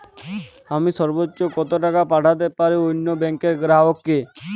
আমি সর্বোচ্চ কতো টাকা পাঠাতে পারি অন্য ব্যাংকের গ্রাহক কে?